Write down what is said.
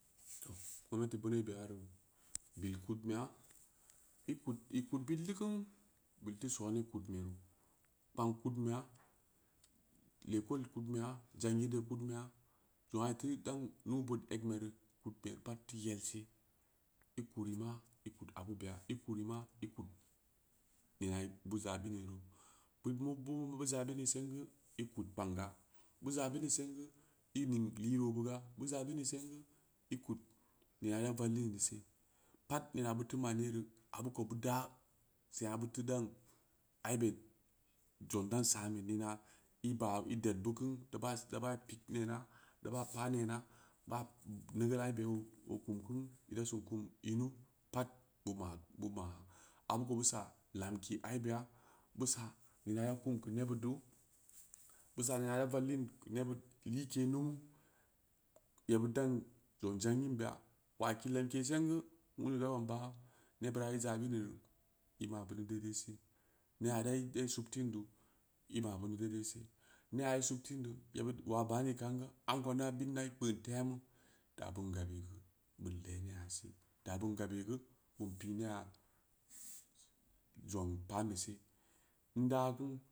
Toh gomnati boono be yaru bit kudnme'a i kud- i kud bil deu keun bilteu sone kudnmea kpang kudnme'a lekol kudnme'a jangurde kudume'a jong aa teu dan nuubood eanmeri kudnmeri pat teu yelse i kurima i kud abu beya i kurima i kud neya beu zabini ru bit mu bu- bu zabini sen geu i kud kpangga beu zabin sen geu i ning lirobuga beu zabini sen geu i kud nea da vallin deu se pat ina beu teu manyei abu kou beu daah seng aa beu, teu daan aibe jong dan same nena iba idedbeu keun daba-daba pii nena daba pa nena babnigil aibe o- o kum kunu lesu kum inu pat boo ma- boo ma abu kou beu sa lamke aibeya beu sa nena kuma keu nebuddu beu sa nena na vallin keu nebud like numu yebud dan jong janginbeya waa ki lanke sengeu wundu da ban baaa nebura i zabini i mabeuni dai- daise neya dai- dai subtin du i mabini dai- dai se neya i subtindu yebud waa bani kangeu am kou bid pkeen temu da bun gabeu geu bun lee ne'a se da bim gabeu geu bun pii nea jong pamese inda